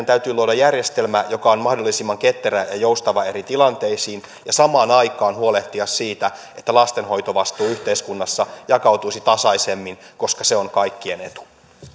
täytyy luoda järjestelmä joka on mahdollisimman ketterä ja joustava eri tilanteisiin ja samaan aikaan huolehtia siitä että lastenhoitovastuu yhteiskunnassa jakautuisi tasaisemmin koska se on kaikkien etu